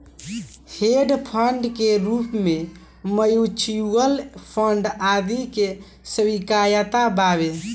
hedge fund के रूप में म्यूच्यूअल फंड आदि के स्वीकार्यता बावे